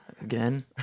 again